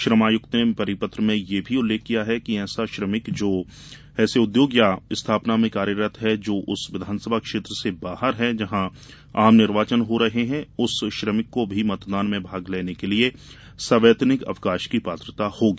श्रम आयुक्त ने परिपत्र में यह भी उल्लेख किया है कि ऐसा श्रमिक जो ऐसे उद्योग या स्थापना में कार्यरत है जो उस विधानसभा क्षेत्र से बाहर है जहाँ आम निर्वाचन हो रहे हैं उस श्रमिक को भी मतदान में भाग लेने के लिये सवैतनिक अवकाश की पात्रता होगी